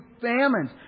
famines